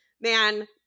man